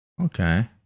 Okay